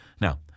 Now